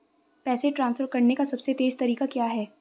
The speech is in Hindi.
पैसे ट्रांसफर करने का सबसे तेज़ तरीका क्या है?